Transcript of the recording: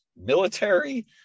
Military